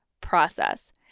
process